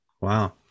Wow